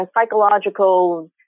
psychological